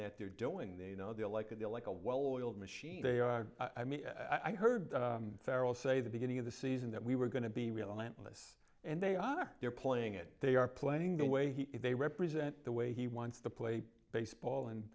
that they're doing they know they like it they like a well oiled machine they are i mean i've heard feral say the beginning of the season that we were going to be relentless and they are they're playing it they are playing the way he is they represent the way he wants to play baseball and